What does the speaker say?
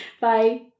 Bye